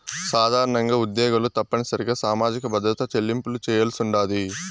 సాధారణంగా ఉద్యోగులు తప్పనిసరిగా సామాజిక భద్రత చెల్లింపులు చేయాల్సుండాది